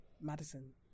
Madison